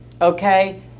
Okay